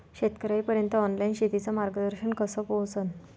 शेतकर्याइपर्यंत ऑनलाईन शेतीचं मार्गदर्शन कस पोहोचन?